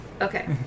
Okay